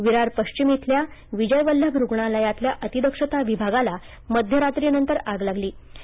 विरार पश्चिम इथल्या विजय वल्लभ रुग्णालयातल्या अतिदक्षता विभागाला मध्यरात्रीनंतर आग लागली होती